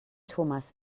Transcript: thomas